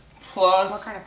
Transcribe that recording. plus